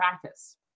practice